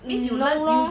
mm no lor